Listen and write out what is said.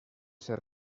ser